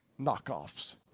knockoffs